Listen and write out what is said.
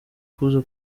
kubuza